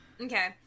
Okay